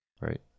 right